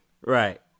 Right